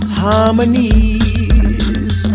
harmonies